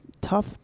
tough